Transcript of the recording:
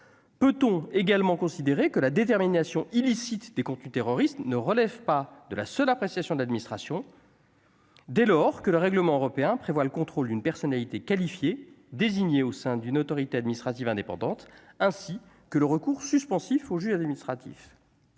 peut-on également considéré que la détermination illicite des contenus terroristes ne relève pas de la seule appréciation de l'administration. Dès lors que le règlement européen prévoit le contrôle une personnalité qualifiée désignée au sein d'une autorité administrative indépendante, ainsi que le recours suspensif au juge administratif,